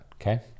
Okay